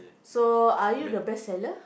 so are you the best seller